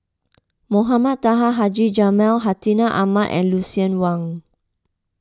Mohamed Taha Haji Jamil Hartinah Ahmad and Lucien Wang